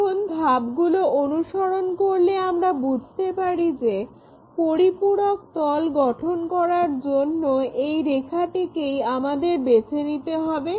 এখন ধাপগুলো অনুসরণ করলে আমরা বুঝতে পারি যে পরিপূরক তল গঠন করার জন্য এই রেখাটিকেই আমাদের বেছে নিতে হবে